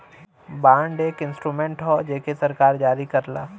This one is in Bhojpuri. बांड एक इंस्ट्रूमेंट हौ जेके सरकार जारी करला